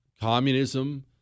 Communism